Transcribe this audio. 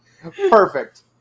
Perfect